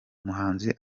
umuhanzi